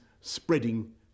spreading